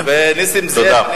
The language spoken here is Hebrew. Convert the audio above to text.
ונסים זאב,